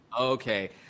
Okay